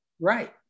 Right